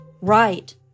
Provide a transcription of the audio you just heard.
right